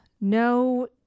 no